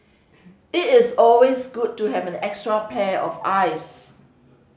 it is always good to have an extra pair of eyes